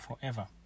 forever